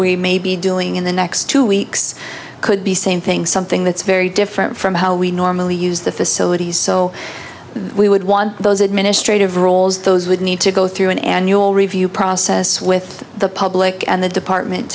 we may be doing in the next two weeks could be same thing something that's very different from how we normally use the facilities so we would want those administrative roles those would need to go through an annual review process with the public and the department